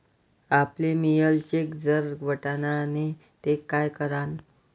आपले mail check जर वटना नै ते काय करानं?